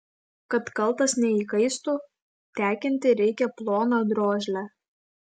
kad kaltas neįkaistų tekinti reikia ploną drožlę